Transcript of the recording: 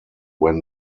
when